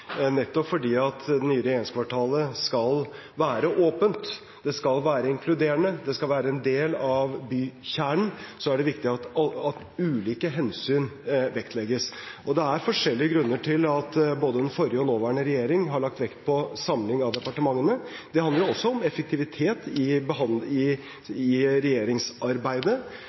Nettopp fordi det nye regjeringskvartalet skal være åpent, det skal være inkluderende, det skal være en del av bykjernen, er det viktig at ulike hensyn vektlegges. Og det er forskjellige grunner til at både den forrige og den nåværende regjering har lagt vekt på samling av departementene. Det handler også om effektivitet i regjeringsarbeidet. Det handler om å unngå stengte gater og sikring av mange bygg rundt om i